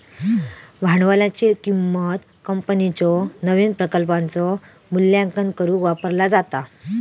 भांडवलाची किंमत कंपनीच्यो नवीन प्रकल्पांचो मूल्यांकन करुक वापरला जाता